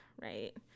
right